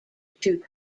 two